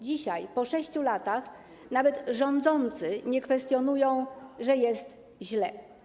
Dzisiaj, po 6 latach, nawet rządzący nie kwestionują tego, że jest źle.